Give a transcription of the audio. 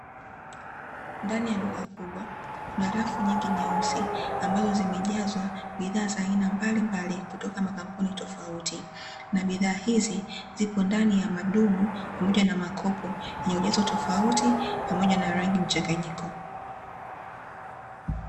Ndani ya duka kubwa kuna rafu nyingi nyeusi, ambazo zimejazwa bidhaa za aina mbalimbali, kutoka makampuni tofauti. Na bidhaa hizi zipo ndani ya madumu pamoja na makopo, yenye ujazo tofauti, pamoja na rangi mchanganyiko.